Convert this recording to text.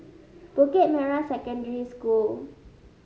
Bukit Merah Secondary School